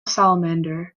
salamander